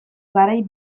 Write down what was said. garai